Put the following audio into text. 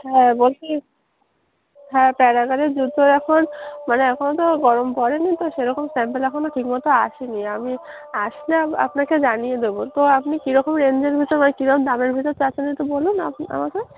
হ্যাঁ বলছি হ্যাঁ প্যারাগনের জুতো এখন মানে এখনও তো গরম পড়েনি তো সেরকম স্যাম্পেল এখনও ঠিকমতো আসে নি আমি আসলে আপনাকে জানিয়ে দেবো তো আপনি কীরকম রেঞ্জের ভিতর মানে কীরম দামের ভিতর চাচ্ছেন একটু বলুন আপ আমাকে